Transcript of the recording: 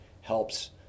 helps